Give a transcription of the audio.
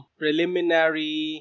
preliminary